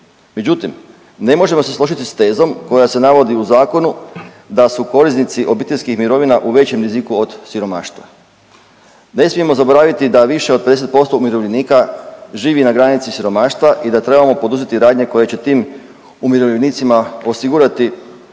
Međutim, ne možemo se složiti s tezom koja se navodi u zakonu da su korisnici obiteljskih mirovina u većem riziku od siromaštva. Ne smijemo zaboraviti da više od 50% umirovljenika živi na granici siromaštva i da trebamo poduzeti radnje koje će tim umirovljenicima osigurati